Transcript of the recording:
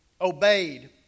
obeyed